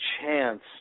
chance